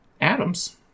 Atoms